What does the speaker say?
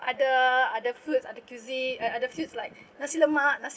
other other foods other cuisine uh other foods like nasi lemak nasi